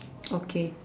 okay